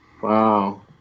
Wow